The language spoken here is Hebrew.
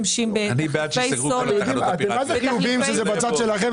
זה מה-זה מדהים איך אתם חיוביים ונחמדים כשזה בצד שלכם,